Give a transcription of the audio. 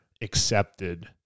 accepted